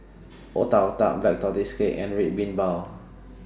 Otak Otak Black Tortoise Cake and Red Bean Bao